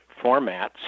formats